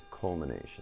culmination